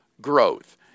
growth